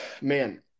Man